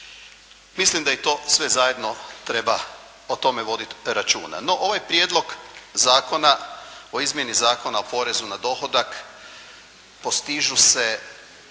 Mislim da i to sve zajedno treba o tome voditi računa. No, ovaj Prijedlog zakona o izmjeni Zakona o porezu na dohodak postižu se